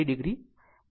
2 ઓ માફ કરશો